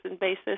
basis